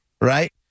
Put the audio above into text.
Right